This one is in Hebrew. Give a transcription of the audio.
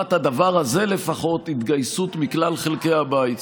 לטובת הדבר הזה לפחות, התגייסות מכלל חלקי הבית.